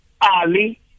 ali